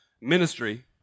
ministry